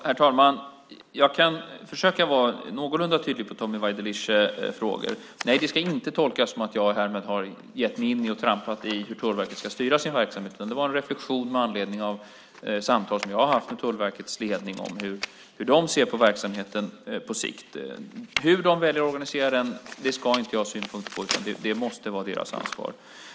Herr talman! Jag ska försöka svara någorlunda tydligt på Tommy Waidelichs frågor. Nej, det ska inte tolkas så att jag härmed gett mig in i hur Tullverket ska styra sin verksamhet. Det var en reflexion med anledning av de samtal som jag har haft med Tullverkets ledning om hur de ser på verksamheten på sikt. Hur de väljer att organisera den ska jag inte ha synpunkter på. Det måste vara deras ansvar.